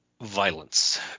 violence